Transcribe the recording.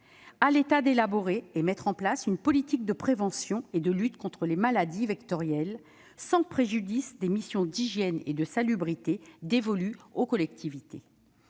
à l'État d'élaborer et de mettre en place une politique de prévention et de lutte contre les maladies vectorielles, sans préjudice des missions d'hygiène et de salubrité dévolues aux collectivités.